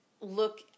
look